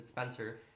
Spencer